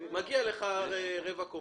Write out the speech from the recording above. מגיעה לך רבע קומה.